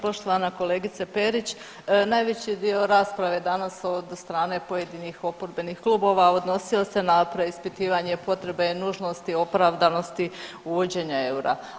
Poštovana kolegice Perić najveći dio rasprave danas od strane pojedinih oporbenih klubova odnosio se na preispitivanje potrebe nužnosti, opravdanosti uvođenja eura.